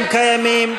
אם קיימים,